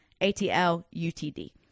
A-T-L-U-T-D